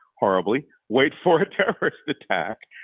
horribly, wait for a terrorist attack,